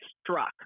struck